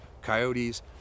coyotes